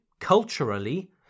culturally